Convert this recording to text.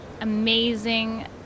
amazing